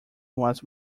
was